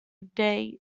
day